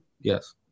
Yes